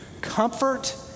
comfort